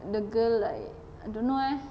the girl like I don't know leh